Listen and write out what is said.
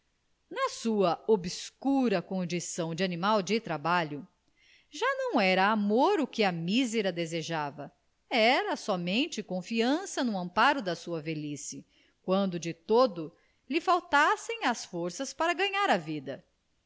na sua obscura condição de animal de trabalho já não era amor o que a mísera desejava era somente confiança no amparo da sua velhice quando de todo lhe faltassem as forças para ganhar a vida